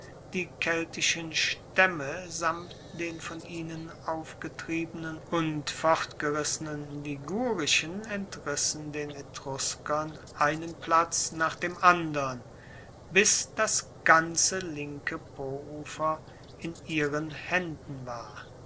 die keltischen staemme samt den von ihnen aufgetriebenen und fortgerissenen ligurischen entrissen den etruskern einen platz nach dem andern bis das ganze linke poufer in ihren haenden war